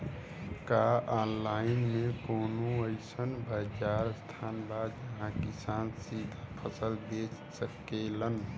का आनलाइन मे कौनो अइसन बाजार स्थान बा जहाँ किसान सीधा फसल बेच सकेलन?